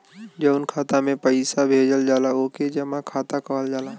जउन खाता मे पइसा भेजल जाला ओके जमा खाता कहल जाला